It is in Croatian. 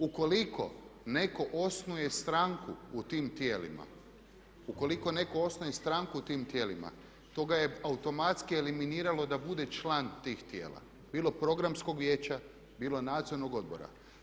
Ukoliko netko osnuje stranku u tim tijelima, ukoliko netko osnuje stranku u tim tijelima, to ga je automatski eliminiralo da bude član tih tijela, bilo programskog vijeća, bilo nadzornog odbora.